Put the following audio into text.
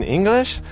English